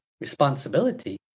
Responsibility